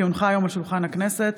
כי הונחו היום על שולחן הכנסת,